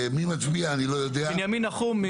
בנימין נחום,